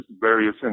various